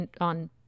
on